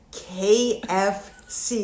kfc